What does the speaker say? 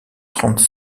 trente